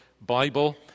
Bible